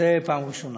זו פעם ראשונה.